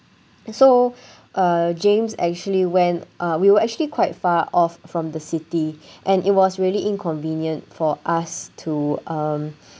so uh james actually went uh we were actually quite far off from the city and it was really inconvenient for us to um